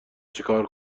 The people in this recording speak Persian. چیکار